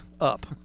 up